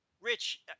rich